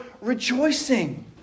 rejoicing